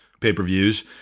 pay-per-views